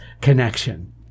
Connection